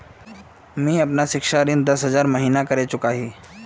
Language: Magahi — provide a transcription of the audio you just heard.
मी अपना सिक्षा ऋण दस हज़ार महिना करे चुकाही